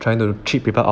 I didn't cheat 罢了